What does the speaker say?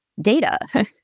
data